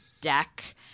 deck